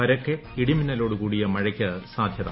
പരക്കെ ഇടിമിന്നലോടെയുള്ള മഴയ്ക്ക് സാധ്യത